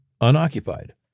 unoccupied